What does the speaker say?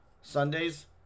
Sundays